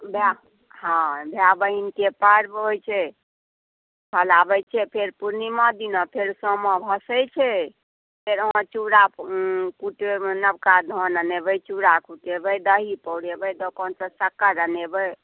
हॅं भाय बहिनकेँ पर्व होइ छै खेलाबै छै फेर पुर्णिमा दिना सामा भसै छै फेर अहाँ चुड़ा कुटेबै नवका धान अनेबै चुड़ा कुटेबै दही पउरेबै दोकानसँ शक्क्ड़ अनेबै